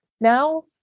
Now